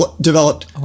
developed